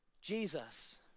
Jesus